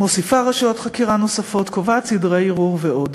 תודה רבה.